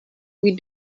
with